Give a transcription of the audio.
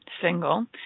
single